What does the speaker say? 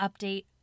update